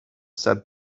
said